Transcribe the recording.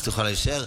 תוכלי להישאר.